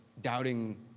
doubting